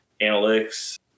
analytics